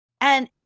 And-